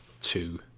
two